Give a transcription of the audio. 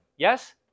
Yes